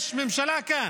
יש ממשלה כאן,